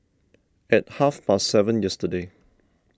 at half past seven yesterday